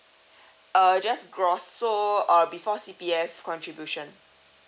uh just gross so uh before C_P_F contribution